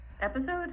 episode